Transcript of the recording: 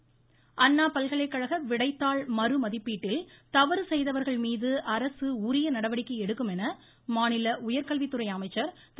அன்பழகன் அண்ணாப் பல்கலைகழக விடைத்தாள் மறுமதிப்பீட்டில் தவறு செய்தவர்கள் மீது அரசு உரிய நடவடிக்கை எடுக்கும் என மாநில உயர்கல்வித்துறை அமைச்சர் திரு